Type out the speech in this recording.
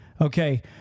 Okay